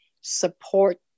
support